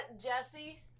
Jesse